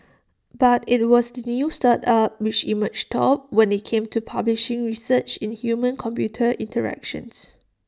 but IT was the new startup which emerged top when IT came to publishing research in humancomputer interactions